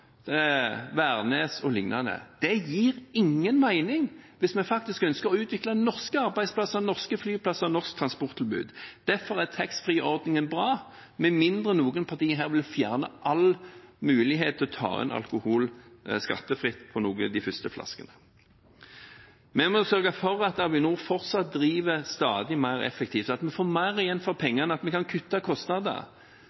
Værnes og lignende. Det gir ingen mening hvis vi faktisk ønsker å utvikle norske arbeidsplasser, norske flyplasser og norsk transporttilbud. Derfor er taxfree-ordningen bra – med mindre noen partier vil fjerne all mulighet til å ta inn alkohol skattefritt, også på de første flaskene. Vi må fortsatt sørge for at Avinor driver stadig mer effektivt, at vi får mer igjen for